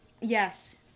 Yes